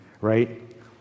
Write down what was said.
right